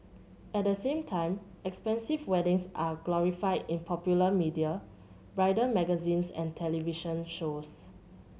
at the same time expensive weddings are glorified in popular media bridal magazines and television shows